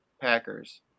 Packers